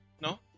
No